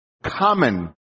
common